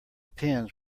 pins